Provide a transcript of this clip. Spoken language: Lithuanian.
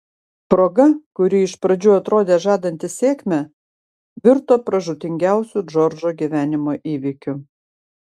proga kuri iš pradžių atrodė žadanti sėkmę virto pražūtingiausiu džordžo gyvenimo įvykiu